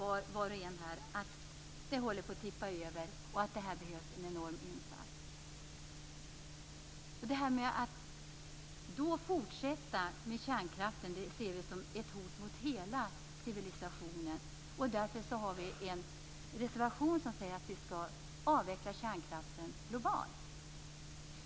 Alla vet att skalet håller på att tippa över och att det behövs en enorm insats. Att fortsätta med kärnkraften är ett hot mot hela civilisationen. Därför har vi en reservation om att avveckla kärnkraften globalt.